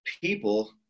people